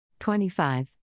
25